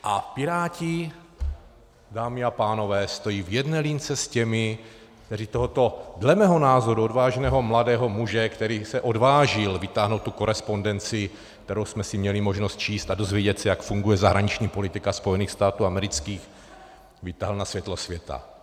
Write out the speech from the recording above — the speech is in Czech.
A Piráti, dámy a pánové, stojí v jedné lince s těmi, kteří tohoto dle mého názoru odvážného mladého muže, který se odvážil vytáhnout tu korespondenci, kterou jsme si měli možnost číst a dozvědět se, jak funguje zahraniční politika Spojených států amerických, na světlo světa.